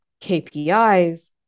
KPIs